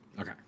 Okay